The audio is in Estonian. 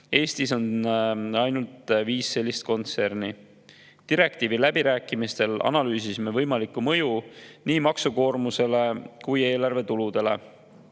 Eestis on ainult viis sellist kontserni. Direktiivi läbirääkimistel analüüsisime võimalikku mõju nii maksukoormusele kui ka eelarve tuludele.